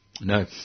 No